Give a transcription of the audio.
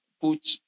put